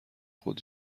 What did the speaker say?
خود